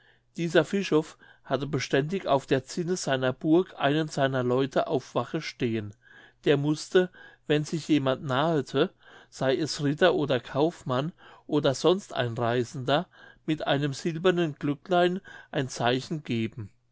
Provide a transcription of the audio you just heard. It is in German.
dieser vichov hatte beständig auf der zinne seiner burg einen seiner leute auf wache stehen der mußte wenn sich jemand nahete sey es ritter oder kaufmann oder sonst ein reisender mit einem silbernen glöcklein ein zeichen geben